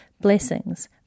blessings